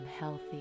Healthy